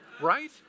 right